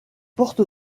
porte